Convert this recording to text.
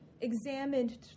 examined